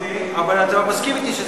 אבל אתה מסכים אתי שזה,